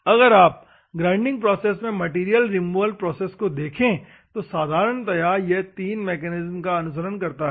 अगर आप grinding process में मैटेरियल रिमूवल प्रोसेस को देखें तो साधारणतया यह 3 मैकेनिज्म का अनुसरण करता है